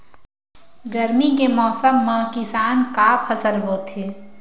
गरमी के मौसम मा किसान का फसल बोथे?